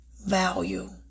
Value